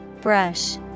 brush